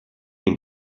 den